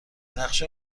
نقشه